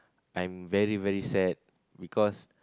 I'm very very sad because